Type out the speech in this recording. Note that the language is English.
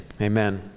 amen